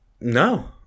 No